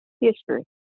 history